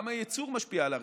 גם הייצור משפיע על הרשת.